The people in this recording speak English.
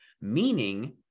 Meaning